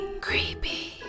Creepy